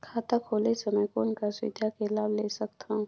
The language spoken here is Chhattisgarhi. खाता खोले समय कौन का सुविधा के लाभ ले सकथव?